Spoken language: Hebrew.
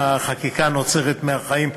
החקיקה נוצרת מהחיים,